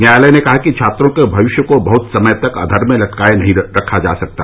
न्यायालय ने कहा कि छात्रों के भविष्य को बह्त समय तक अधर में लटकाए नहीं रखा जा सकता